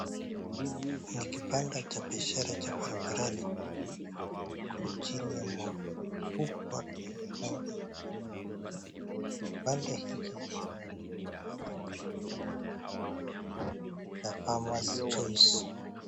Ni kibanda cha biashara cha barabarani, iliyoko chini ya mwavuli kubwa ya rangi ya buluu. Kibanda hiki, kinaonekana kikiwa na alama cha farmers choice .